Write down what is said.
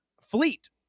fleet